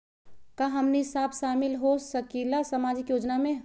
का हमनी साब शामिल होसकीला सामाजिक योजना मे?